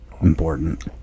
important